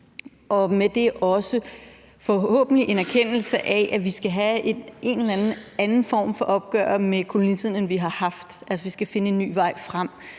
og med det forhåbentlig også en erkendelse af, at vi skal have en anden form for opgør med kolonitiden, end vi har haft; altså, vi skal finde en ny vej frem.